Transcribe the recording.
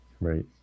Right